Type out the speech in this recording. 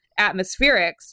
atmospherics